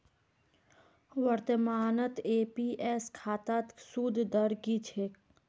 वर्तमानत एन.पी.एस खातात सूद दर की छेक